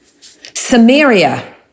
Samaria